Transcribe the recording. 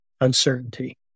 uncertainty